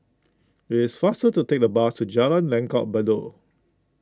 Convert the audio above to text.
it is faster to take the bus to Jalan Langgar Bedok